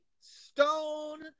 stone